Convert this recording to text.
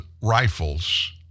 rifles